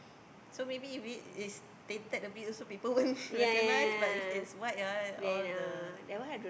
so maybe if we it's tainted also people won't recognize but if it's white ah all the uh